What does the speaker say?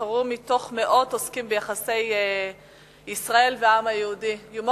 נבחרו מתוך מאות עוסקים ביחסי ישראל והעם היהודי.You're